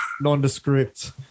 nondescript